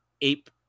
Ape